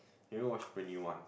you go and watch brand new one